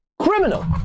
CRIMINAL